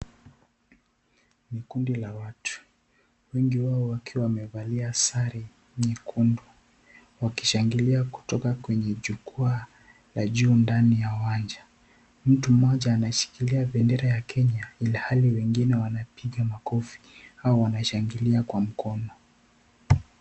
Ni kundi la watu. Wengi wao wakiwa wamevalia sare nyekundu wakishangakilia kutoka kwenye jugwaa la juu ndani ya uwanja. Mtu mmoja ameshikilia bendera ya Kenya ilihali wengine wanapiga makofi au wanashangilia kwa mkoma.